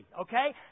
okay